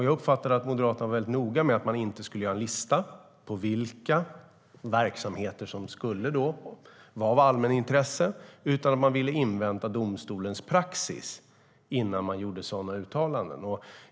Jag uppfattade att Moderaterna var väldigt noga med att man inte skulle göra en lista över vilka verksamheter som skulle kunna vara av allmänintresse. Man ville i stället invänta domstolens praxis innan man gjorde sådana uttalanden.